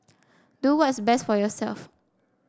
do what's best for yourself